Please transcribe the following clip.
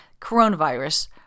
coronavirus